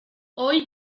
hoy